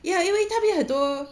ya 因为那边很多